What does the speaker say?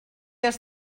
has